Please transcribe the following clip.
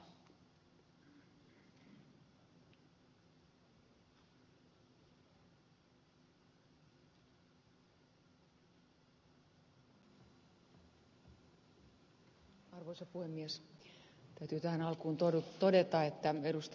täytyy tähän alkuun todeta että ed